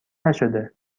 نشده